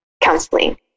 counseling